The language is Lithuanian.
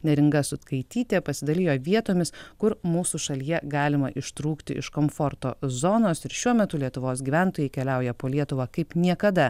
neringa sutkaitytė pasidalijo vietomis kur mūsų šalyje galima ištrūkti iš komforto zonos ir šiuo metu lietuvos gyventojai keliauja po lietuvą kaip niekada